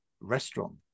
restaurant